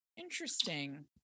Interesting